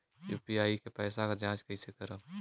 UPI के पैसा क जांच कइसे करब?